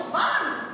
חובה עלינו,